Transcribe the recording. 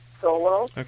solo